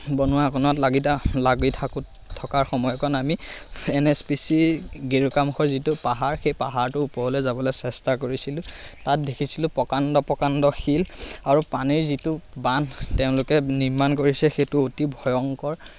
বনোৱা কোনোৱাত লাগি লাগি থাকোঁ থকাৰ সময়কণ আমি এন এছ পি চি গেৰুকামুখৰ যিটো পাহাৰ সেই পাহাৰটোৰ ওপৰলৈ যাবলৈ চেষ্টা কৰিছিলোঁ তাত দেখিছিলোঁ প্ৰকাণ্ড প্ৰকাণ্ড শিল আৰু পানীৰ যিটো বান্ধ তেওঁলোকে নিৰ্মাণ কৰিছে সেইটো অতি ভয়ংকৰ